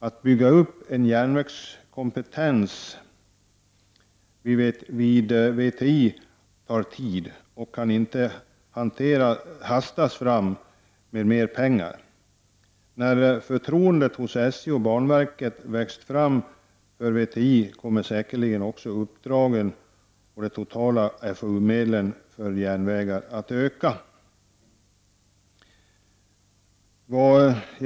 Att bygga upp en järnvägskompetens vid VTI tar tid och kan inte hastas fram med mer pengar. När förtroendet hos SJ och banverket växt fram för VTI kommer säkerligen också uppdragen och de totala FOU-medlen för järnvägar att öka.